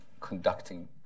conducting